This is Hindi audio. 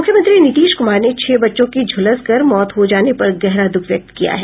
मुख्यमंत्री नीतीश कुमार ने छह बच्चों की झुलसकर मौत हो जाने पर गहरा द्ःख व्यक्त किया है